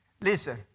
listen